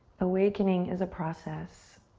awakening is a process.